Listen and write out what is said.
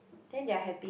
then they are happy